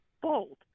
bold